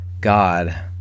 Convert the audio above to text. God